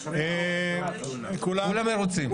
כולם מרוצים.